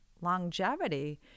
longevity